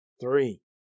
Three